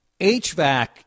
HVAC